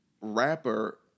rapper